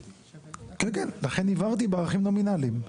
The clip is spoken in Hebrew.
כן, כן, לכן הבהרתי בערכים נומינליים.